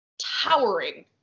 towering